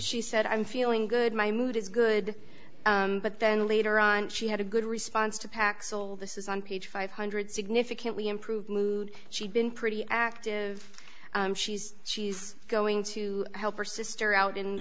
she said i'm feeling good my mood is good but then later on she had a good response to paxil this is on page five hundred significantly improved mood she'd been pretty active she's she's going to help her sister out in